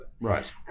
Right